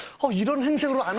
ah you don't have to